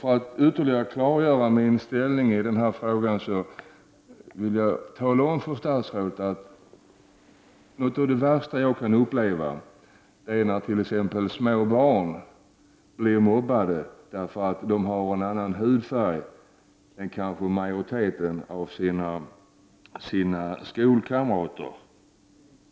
För att ytterligare klargöra min inställning i denna fråga vill jag tala om för statsrådet att något av det värsta jag kan uppleva är att t.ex. små barn blir mobbade därför att de har en annan hudfärg än majoriteten av skolkamraterna.